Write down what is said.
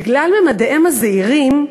בגלל ממדיהם הזעירים,